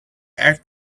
act